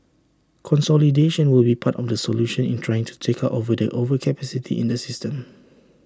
consolidation will be part of the solution in trying to take out the overcapacity in the system